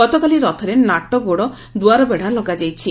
ଗତକାଲି ରଥରେ ନାଟଗୋଡ଼ ଦୁଆରବେଢ଼ା ଲଗାଯାଇଛି